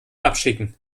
abschicken